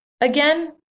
again